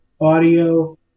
audio